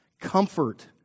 comfort